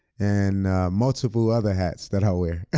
and multiple other hats that i wear.